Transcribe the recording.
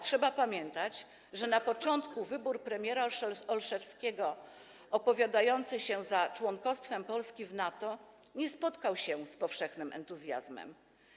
Trzeba jednak pamiętać, że na początku wybór premiera Olszewskiego, który opowiadał się za członkostwem Polski w NATO, nie spotkał się z powszechnym entuzjazmem.